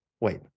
wait